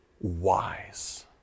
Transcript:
wise